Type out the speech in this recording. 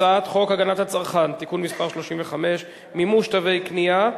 הצעת חוק הגנת הצרכן (תיקון מס' 35) (מימוש תווי קנייה),